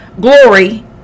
glory